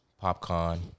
Popcorn